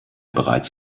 bereits